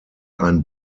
ein